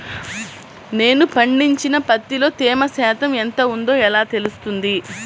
నేను పండించిన పత్తిలో తేమ శాతం ఎంత ఉందో ఎలా తెలుస్తుంది?